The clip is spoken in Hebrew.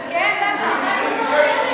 כן, בטח.